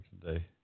today